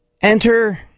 Enter